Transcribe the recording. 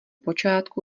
počátku